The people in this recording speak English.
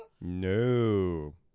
No